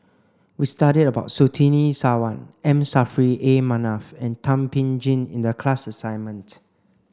we studied about Surtini Sarwan M Saffri A Manaf and Thum Ping Tjin in the class assignment